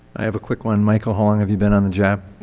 i have a quick one. michael, how long have you been on the job